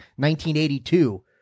1982